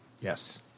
Yes